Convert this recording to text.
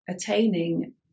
attaining